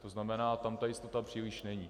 To znamená, tam ta jistota příliš není.